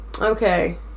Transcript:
Okay